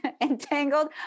entangled